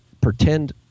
pretend